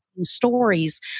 stories